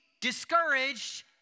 discouraged